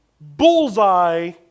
bullseye